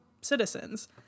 citizens